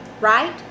right